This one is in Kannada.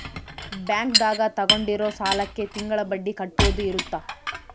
ಬ್ಯಾಂಕ್ ದಾಗ ತಗೊಂಡಿರೋ ಸಾಲಕ್ಕೆ ತಿಂಗಳ ಬಡ್ಡಿ ಕಟ್ಟೋದು ಇರುತ್ತ